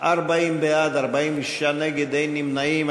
40 בעד, 46 נגד, אין נמנעים.